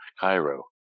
Cairo